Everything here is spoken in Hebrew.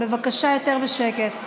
בבקשה, יותר בשקט.